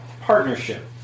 partnership